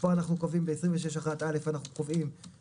פה אנחנו קובעים ב-26(1)(א) שהלקוח